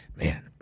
man